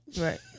Right